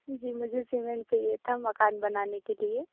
जी मुझे सीमेंट चाहिए था मकान बनाने के लिए